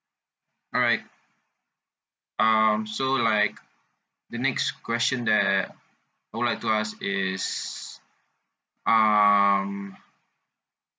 alright um so like the next question that I uh I would like to ask is um